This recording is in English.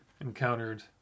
encountered